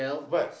but